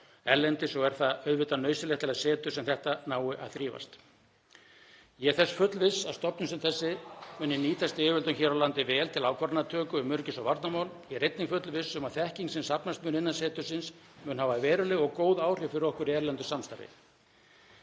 erlendis og er það auðvitað nauðsynlegt til að setur sem þetta nái að þrífast. Ég er þess fullviss að stofnun sem þessi muni nýtast yfirvöldum hér á landi vel til ákvarðanatöku um öryggis- og varnarmál. Ég er einnig fullviss um að þekking sem safnast mun innan setursins muni hafa veruleg og góð áhrif fyrir okkur í erlendu samstarfi